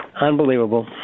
Unbelievable